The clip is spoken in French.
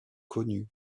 connu